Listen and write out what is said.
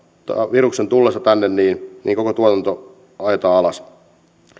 viruksen tullessa tänne koko tuotanto ajetaan alas